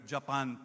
Japan